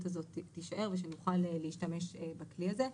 הזאת תישאר ושנוכל להשתמש בכלי הזה.